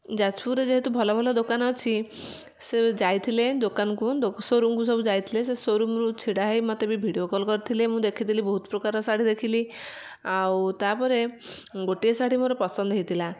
ଯାଜପୁର ରେ ଯେହେତୁ ଭଲ ଭଲ ଦୋକାନ ଅଛି ସେ ଯାଇଥିଲେ ଦୋକାନକୁ ଦୋ ସୋରୁମ୍ କୁ ସବୁ ଯାଇଥିଲେ ସେ ସୋରୁମ୍ ରୁ ଛିଡ଼ାହେଇ ମୋତେ ବି ଭିଡ଼ିଓକଲ୍ କରିଥିଲେ ମୁଁ ଦେଖିଥିଲି ବହୁତ ପ୍ରକାର ଶାଢ଼ୀ ଦେଖିଲି ଆଉ ତାପରେ ଗୋଟିଏ ଶାଢ଼ୀ ମୋର ପସନ୍ଦ ହେଇଥିଲା